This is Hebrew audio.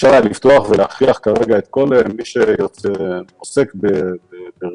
אפשר לפתוח ולהכריח כרגע את כל מי שעוסק בריכוז